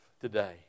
today